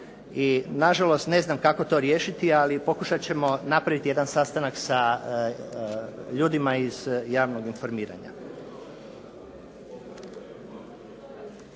i na žalost ne znam kako to riješiti ali pokušati ćemo napraviti jedan sastanak sa ljudima iz javnog informiranja.